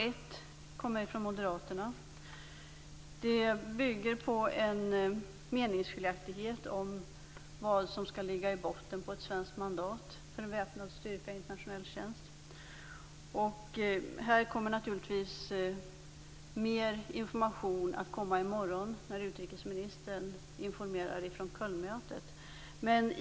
Ett kommer från Moderaterna. Det bygger på en meningsskiljaktighet om vad som skall ligga i botten för ett svenskt mandat för en väpnad styrka i internationell tjänst. Här kommer naturligtvis mer information i morgon när utrikesministern informerar från Kölnmötet.